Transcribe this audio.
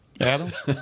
Adams